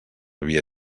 via